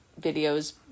videos